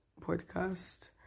podcast